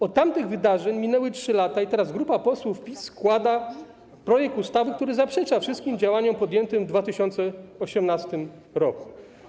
Od tamtych wydarzeń minęły 3 lata i teraz grupa posłów PiS składa projekt ustawy, który zaprzecza wszystkim działaniom podjętym w 2018 r.